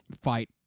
fight